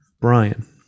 Brian